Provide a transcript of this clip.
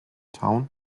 town